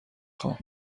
خوام